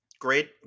great